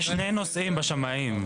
יש שני נושאים בשמאים.